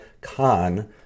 Khan